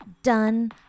Done